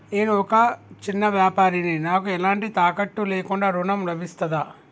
నేను ఒక చిన్న వ్యాపారిని నాకు ఎలాంటి తాకట్టు లేకుండా ఋణం లభిస్తదా?